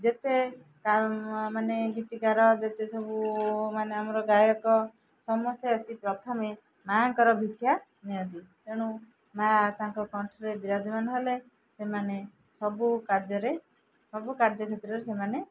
ଯେତେ ମାନେ ଗୀତିକାର ଯେତେ ସବୁ ମାନେ ଆମର ଗାୟକ ସମସ୍ତେ ଆସି ପ୍ରଥମେ ମାଆଙ୍କର ଭିକ୍ଷା ନିଅନ୍ତି ତେଣୁ ମାଆ ତାଙ୍କ କଣ୍ଠରେ ବିରାଜମାନ ହେଲେ ସେମାନେ ସବୁ କାର୍ଯ୍ୟରେ ସବୁ କାର୍ଯ୍ୟ କ୍ଷେତ୍ରରେ ସେମାନେ